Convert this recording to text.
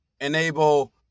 enable